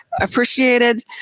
appreciated